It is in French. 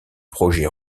projets